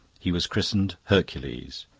he was christened hercules.